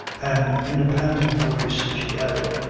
and, in a panting voice, she added,